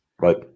Right